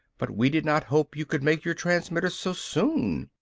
but we did not hope you could make your transmitters so soon!